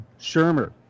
Shermer